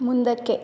ಮುಂದಕ್ಕೆ